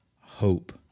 hope